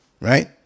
right